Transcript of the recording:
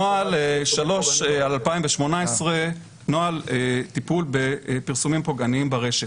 נוהל 3/2018, נוהל טיפול בפרסומים פוגעניים ברשת.